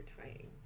tying